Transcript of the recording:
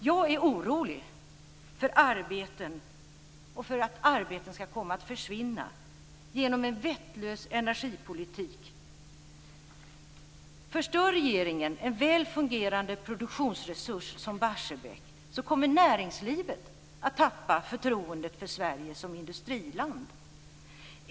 Jag är orolig för att arbeten kommer att försvinna genom en vettlös energipolitik. Om regeringen förstör en väl fungerande produktionsresurs som Barsebäck, kommer näringslivet att tappa förtroendet för Sverige som industriland.